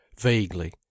vaguely